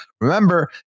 remember